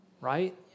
Right